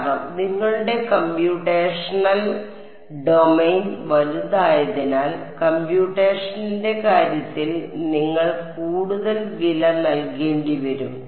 കാരണം നിങ്ങളുടെ computational domain വലുതായതിനാൽ കമ്പ്യൂട്ടേഷണലിന്റെ കാര്യത്തിൽ നിങ്ങൾ കൂടുതൽ വില നൽകേണ്ടിവരും